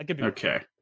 Okay